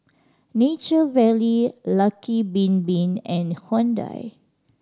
Nature Valley Lucky Bin Bin and Hyundai